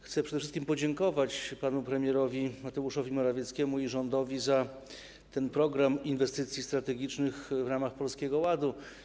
Chcę przede wszystkim podziękować panu premierowi Mateuszowi Morawieckiemu i rządowi za ten Program Inwestycji Strategicznych w ramach Polskiego Ładu.